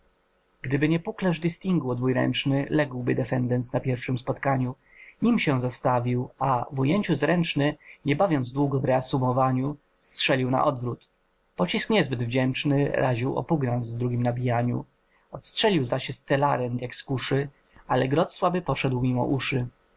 gdyby nie puklerz distinguo dwuręczny ległby defendens na pierwszem spotkaniu nim się zastawił a w ujęciu zręczny nie bawiąc długo w reassumowaniu strzelił na odwrót pocisk niezbyt wdzięczny raził oppugnans w drugiem nabijaniu odstrzelił zasię z celarent jak z kuszy ale grot słaby poszedł mimo uszy